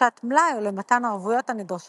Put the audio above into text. ברכישת מלאי, או למתן ערבויות הנדרשות